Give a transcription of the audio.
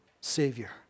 Savior